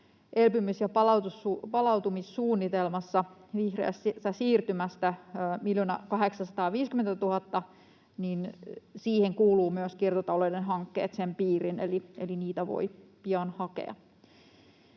elpymis‑ ja palautumissuunnitelmassa vihreän siirtymän osuudesta 1 850 000 piiriin kuuluvat myös kiertotalouden hankkeet, eli niitä voi pian hakea.